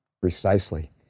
Precisely